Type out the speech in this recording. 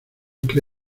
que